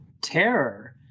Terror